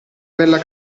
bella